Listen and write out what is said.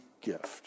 gift